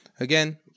Again